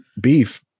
beef